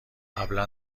قبلا